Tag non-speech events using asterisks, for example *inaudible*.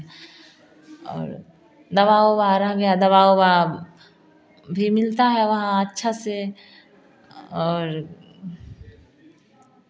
और दवा *unintelligible* दवा अवा भी मिलता है वहाँ अच्छा से और